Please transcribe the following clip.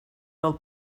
del